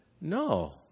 No